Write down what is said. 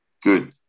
Good